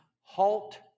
halt